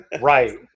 right